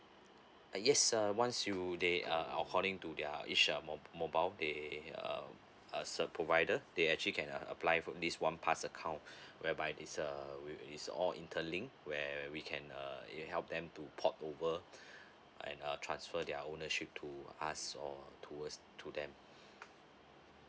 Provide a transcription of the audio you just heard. yes uh once you they uh according to their each um mobile they uh uh cell provider they actually can apply for this one pass account whereby it's uh it's all interlink where we can uh it help them to port over and uh transfer their ownership to us or to us to them